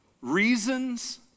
Reasons